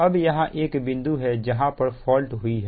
अब यहां एक बिंदु है जहां पर फॉल्ट हुई है